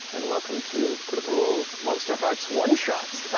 and welcome to critical role's monsterhearts one-shot,